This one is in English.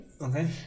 okay